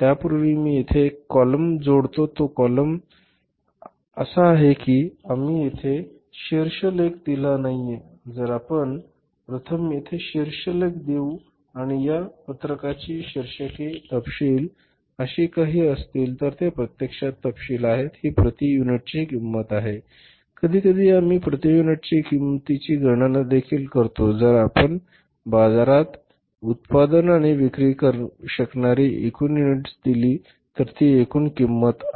त्यापूर्वी मी येथे आणखी एक कॉलम जोडतो तो कॉलम असा आहे की आम्ही येथे शीर्षलेख दिला नाहीये तर आपण प्रथम येथे शीर्षलेख देऊ आणि या पत्रकाची शीर्षके तपशील अशी काहीतरी असतील हे प्रत्यक्षात तपशील आहेत ही प्रति युनिटची किंमत आहे कधीकधी आम्ही प्रति युनिट किंमतीची गणना देखील करतो जर आपण बाजारात उत्पादन आणि विक्री करू शकणारी एकूण युनिट्स दिली तर ती एकूण किंमत आहे